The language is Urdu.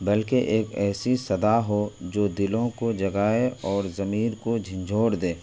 بلکہ ایک ایسی صدا ہو جو دلوں کو جگائے اور ضمیر کو جھنجھوڑ دے